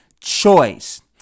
choice